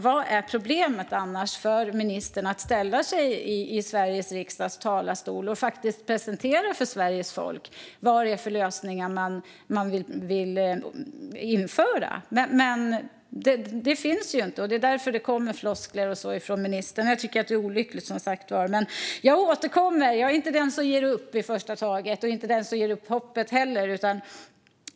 Varför skulle annars inte ministern kunna ställa sig i Sveriges riksdags talarstol och presentera för Sveriges folk vad det är för lösningar man vill införa? Men några sådana finns inte, och det är därför det kommer floskler från ministern. Jag tycker som sagt att det är olyckligt. Men jag återkommer! Jag är inte den som ger upp i första taget och inte heller den som ger upp hoppet.